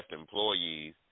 employees